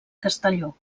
castelló